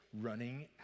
running